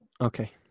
Okay